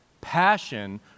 passion